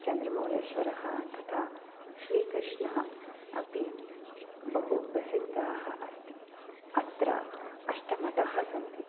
चन्द्रमौळीश्वरः तथा श्रीकृष्णः अपि बहु प्रसिद्धाः अस्ति अत्र अष्टमठः सन्ति